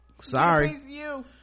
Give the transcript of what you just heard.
sorry